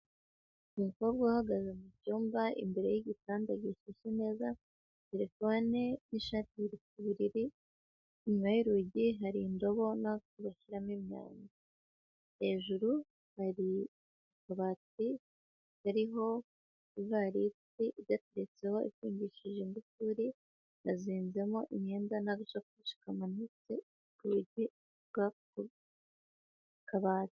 Umukobwa uhagaze mu cyumba imbere y'igitanda gishashe neza, terefone n'ishati biri ku buriri, inyuma y'urugi hari indobo n'ako bashyiramo imyanda, hejuru hari akabati yariho ivariti igateretseho ifungishije ingufuri, kazinzemo imyenda n'agasakoshi kamanitse ku rugi rw'ako kabati.